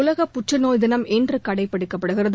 உலக புற்றுநோய் தினம் இன்று கடைப்பிடிக்கப்படுகிறது